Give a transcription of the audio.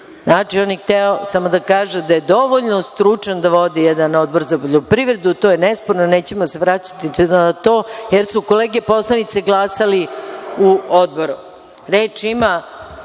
je hteo samo da kaže da je dovoljno stručan da vodi jedan odbor za poljoprivredu. To je nesporno, nećemo vraćati na to, jer su kolege poslanici glasali u odboru. Reč